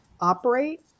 operate